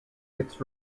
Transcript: its